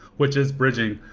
which is bridging.